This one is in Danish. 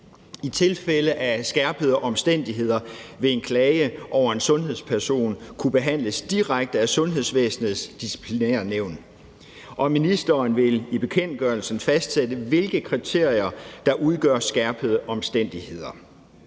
I tilfælde af skærpede omstændigheder vil en klage over en sundhedsperson kunne behandles direkte af sundhedsvæsenets disciplinærnævn, og ministeren vil i bekendtgørelsen fastsætte, hvilke kriterier der udgør skærpede omstændigheder.